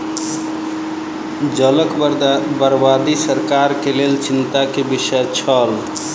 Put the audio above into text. जलक बर्बादी सरकार के लेल चिंता के विषय छल